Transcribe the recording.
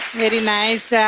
very nice.